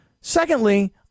Secondly